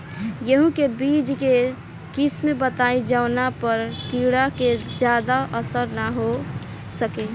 गेहूं के बीज के किस्म बताई जवना पर कीड़ा के ज्यादा असर न हो सके?